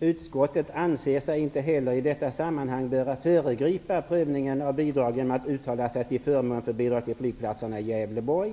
''Utskottet anser sig inte heller i detta sammanhang böra föregripa prövningen av bidrag genom att uttala sig till förmån för bidrag till flygplatserna i Gävleborg.